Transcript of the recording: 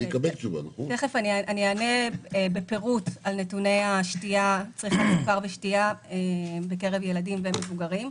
תיכף אענה בפירוט על נתוני צריכת סוכר בשתייה בקרב ילדים ומבוגרים.